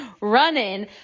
running